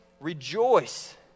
rejoice